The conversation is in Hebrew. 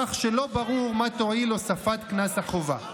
כך שלא ברור מה תועיל הוספת קנס החובה.